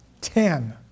ten